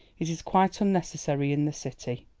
it is quite unnecessary in the city.